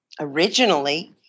originally